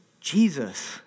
Jesus